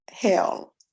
hell